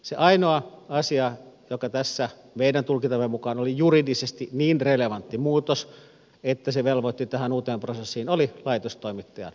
se ainoa asia joka tässä meidän tulkintamme mukaan oli juridisesti niin relevantti muutos että se velvoitti tähän uuteen prosessiin oli laitostoimittajan muuttuminen